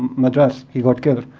madras, he got killed